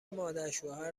مادرشوهر